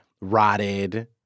rotted